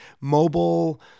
mobile